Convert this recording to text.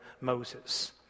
Moses